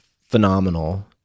phenomenal